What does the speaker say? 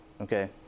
Okay